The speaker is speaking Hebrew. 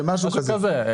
משהו כזה.